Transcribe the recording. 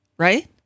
right